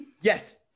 Yes